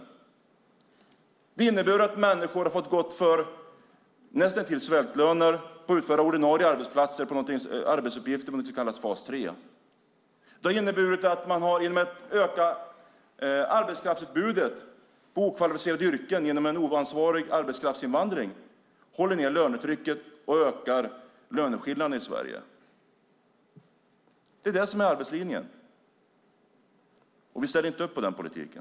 Den har inneburit att människor har fått gå för näst intill svältlöner. De har fått utföra ordinarie arbetsuppgifter i något som kallas fas 3. Den har inneburit att man genom att öka arbetskraftsutbudet i okvalificerade yrken genom en oansvarig arbetskraftsinvandring håller ned lönetrycket och ökar löneskillnaderna i Sverige. Det är det som är arbetslinjen. Vi ställer inte upp på den politiken.